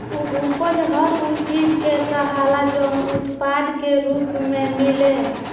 उपज हर उ चीज के कहाला जवन उत्पाद के रूप मे मिले